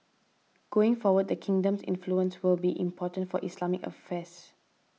going forward the kingdom's influence will be important for Islamic affairs